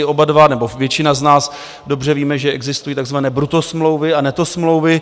Oba dva nebo většina z nás dobře víme, že existují takzvané brutto smlouvy a netto smlouvy.